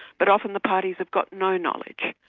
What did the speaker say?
but often the parties have got no knowledge.